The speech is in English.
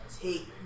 Take